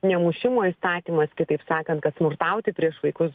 nemušimo įstatymas kitaip sakant kad smurtauti prieš vaikus